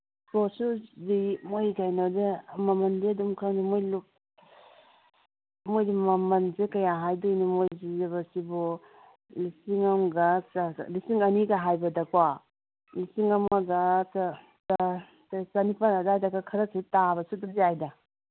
sport ꯁꯨꯁꯗꯤ ꯃꯣꯏ ꯀꯩꯅꯣꯁꯦ ꯃꯃꯟꯁꯦ ꯑꯗꯨꯝ ꯃꯣꯏ ꯃꯣꯏꯒꯤ ꯃꯃꯟꯁꯦ ꯀꯌꯥ ꯍꯥꯏꯗꯣꯏꯅꯣ ꯃꯣꯏꯒꯤ ꯂꯤꯁꯤꯡ ꯑꯃꯒ ꯂꯤꯁꯤꯡ ꯑꯅꯤꯒ ꯍꯥꯏꯕꯗꯀꯣ ꯂꯤꯁꯤꯡ ꯑꯃꯒ ꯆꯅꯤꯄꯥꯟ ꯑꯗꯥꯏꯗꯒ ꯈꯔꯗꯤ ꯇꯥꯕꯁꯨ ꯌꯥꯏꯗ